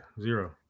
Zero